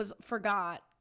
forgot